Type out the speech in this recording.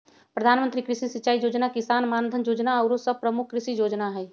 प्रधानमंत्री कृषि सिंचाई जोजना, किसान मानधन जोजना आउरो सभ प्रमुख कृषि जोजना हइ